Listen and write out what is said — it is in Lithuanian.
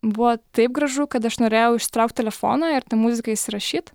buvo taip gražu kad aš norėjau išsitraukti telefoną ir tą muziką įsirašyt